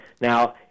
now